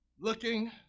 looking